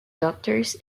doctors